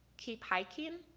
keep hiking?